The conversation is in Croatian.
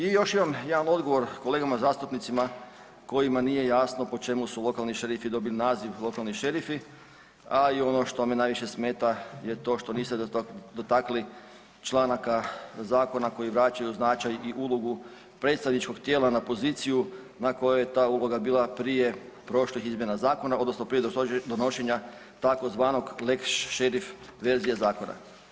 I još imam jedan odgovor kolegama zastupnicima kojima nije jasno po kome su lokalni šerifi dobili naziv lokalni šerifi, a i ono što me najviše smeta što niste dotakli članaka zakona koji vraćaju značaj i ulogu predstavničkog tijela na poziciju na kojoj je ta uloga bila prije prošlih izmjena zakona, odnosno prije donošenja tzv. „lex šerif“ verzije zakona.